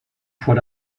fois